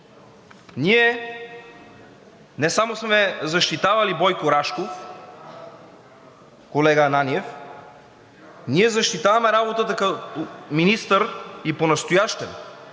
Ние не само сме защитавали Бойко Рашков, колега Ананиев, ние защитаваме работата му като министър и понастоящем.